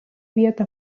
vietą